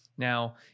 Now